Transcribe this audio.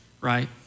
right